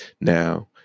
Now